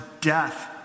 death